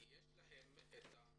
לדעת.